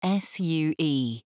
SUE